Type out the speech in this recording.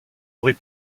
aurait